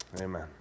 Amen